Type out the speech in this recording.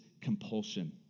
compulsion